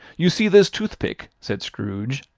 you see this toothpick? said scrooge,